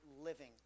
living